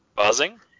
Buzzing